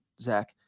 zach